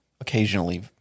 occasionally